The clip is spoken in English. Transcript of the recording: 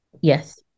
yes